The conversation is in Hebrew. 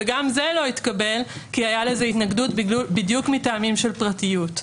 וגם זה לא התקבל כי היתה לזה התנגדות בדיוק מטעמים של פרטיות.